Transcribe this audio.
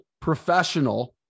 professional